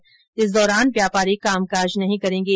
हडताल के दौरान व्यापारी कामकाज नहीं करेंगे